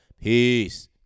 Peace